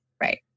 Right